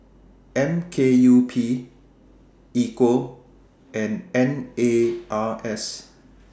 M K U P Equal and N A R S